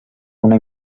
una